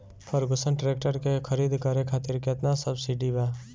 Ferguson tractor के खरीद करे खातिर केतना सब्सिडी बा?